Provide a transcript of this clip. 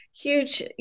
Huge